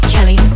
Kelly